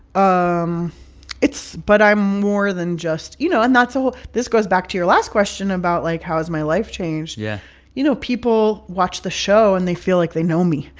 um it's but i'm more than just you know, and that's a whole this goes back to your last question about, like, how has my life changed? yeah you know, people watch the show. and they feel like they know me,